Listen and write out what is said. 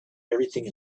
everything